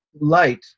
light